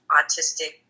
autistic